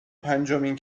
پنجمین